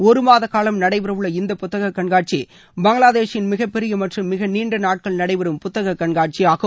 ஒரு மாத காலம் நடைபெறவுள்ள இந்த புத்தக கண்காட்சி பங்களாதேஷின் மிகப்பெரிய மற்றும் மிக நீண்ட நாட்கள் நடைபெறும் புத்தக கண்காட்சியாகும்